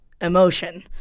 emotion